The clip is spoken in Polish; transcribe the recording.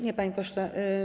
Nie, panie pośle.